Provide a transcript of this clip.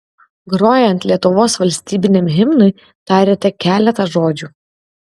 grojant lietuvos valstybiniam himnui tarėte keletą žodžių